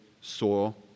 soil